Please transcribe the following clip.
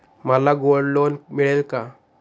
मला gold loan मिळेल का?